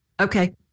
Okay